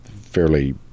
fairly